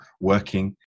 working